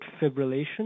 fibrillation